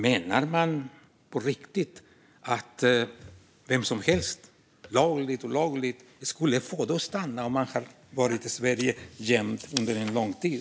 Menar ni på riktigt att vem som helst, lagligt eller olagligt, skulle få stanna om personen har varit gömd i Sverige under en lång tid?